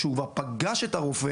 כשהוא כבר פגש את הרופא,